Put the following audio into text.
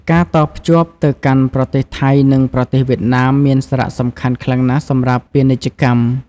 ការតភ្ជាប់ទៅកាន់ប្រទេសថៃនិងប្រទេសវៀតណាមមានសារៈសំខាន់ខ្លាំងណាស់សម្រាប់ពាណិជ្ជកម្ម។